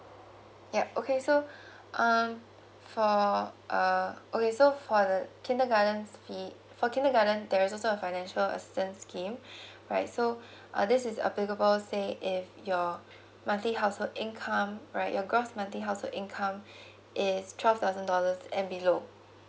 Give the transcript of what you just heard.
yup okay so um for uh okay so for the kindergartens fee for kindergarten there is also a financial assistance scheme right so uh this is applicable say if your monthly household income right your gross monthly household income is twelve thousand dollars and below